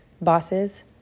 bosses